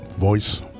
Voice